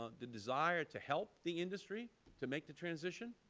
ah the desire to help the industry to make the transition,